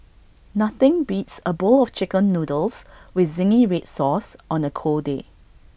nothing beats A bowl of Chicken Noodles with Zingy Red Sauce on A cold day